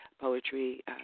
Poetry